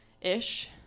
ish